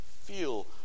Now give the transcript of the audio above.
feel